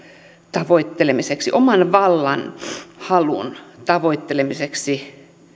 tavoittelemiseksi oman vallanhalun tavoittelemiseksi